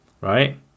right